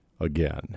again